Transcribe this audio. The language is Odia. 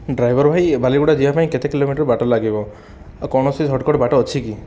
ଡ୍ରାଇଭର ଭାଇ ବାଲିଗୁଡ଼ା ଯିବା ପାଇଁ କେତେ କିଲୋମିଟର ବାଟ ଲାଗିବ ଆଉ କୌଣସି ସର୍ଟକଟ୍ ବାଟ ଅଛିକି